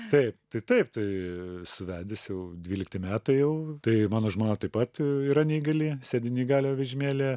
taip tai taip tai esu vedęs jau dvylikti metai jau tai mano žmona taip pat yra neįgali sėdi neįgaliojo vežimėlyje